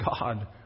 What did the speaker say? God